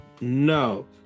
No